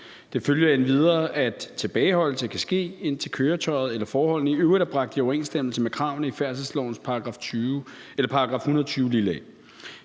Det følger endvidere, at tilbageholdelse kan ske, indtil køretøjet eller forholdene i øvrigt er bragt i overensstemmelse med kravene i færdselslovens § 120 a.